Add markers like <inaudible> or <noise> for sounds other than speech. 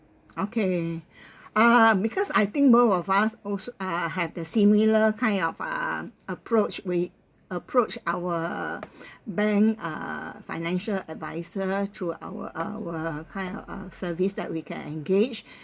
okay <breath> uh because I think both of us also uh have the similar kind of uh approach we approach our <breath> bank uh financial adviser through our our kind of uh service that we can engage <breath>